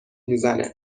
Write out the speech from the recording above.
میزنه